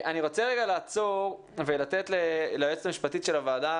אני רוצה רגע לעצור ולתת ליועצת המשפטית של הוועדה,